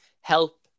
help